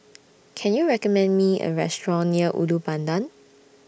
Can YOU recommend Me A Restaurant near Ulu Pandan